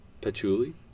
Patchouli